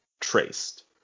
traced